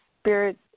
spirit